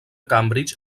cambridge